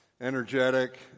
energetic